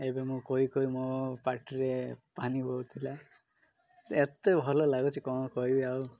ଏବେ ମୁଁ କହି କହି ମୋ ପାଟିରେ ପାଣି ବହୁଥିଲା ଏତେ ଭଲ ଲାଗୁଛି କ'ଣ କହିବି ଆଉ